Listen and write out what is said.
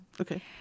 Okay